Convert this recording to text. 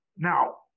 Now